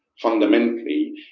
fundamentally